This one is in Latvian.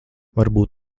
varbūt